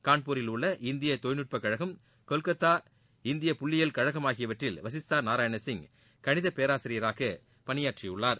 கான்பூரில் உள்ள இந்திய தொழில்நுட்ப கழகம் கொல்கத்தா இந்திய புள்ளியியல் கழகம் ஆகியவற்றில் வஷிஸ்தா நாராயணசிங் கணித பேராசிரியராக பணியாற்றியுள்ளார்